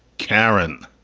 karen,